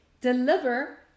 deliver